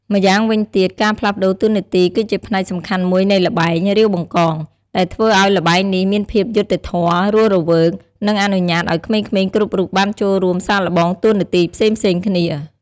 ម្យ៉ាងវិញទៀតការផ្លាស់ប្តូរតួនាទីគឺជាផ្នែកសំខាន់មួយនៃល្បែង រាវបង្កង ដែលធ្វើឱ្យល្បែងនេះមានភាពយុត្តិធម៌ រស់រវើក និងអនុញ្ញាតឱ្យក្មេងៗគ្រប់រូបបានចូលរួមសាកល្បងតួនាទីផ្សេងៗគ្នា។